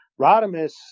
Rodimus